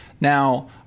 now